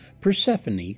Persephone